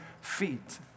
feet